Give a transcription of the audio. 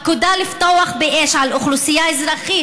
הפקודה לפתוח באש על אוכלוסייה אזרחית